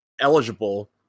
eligible